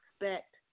expect